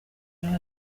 yari